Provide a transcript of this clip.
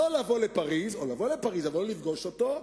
לבוא לפריס ולא לפגוש אותו.